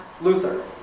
Luther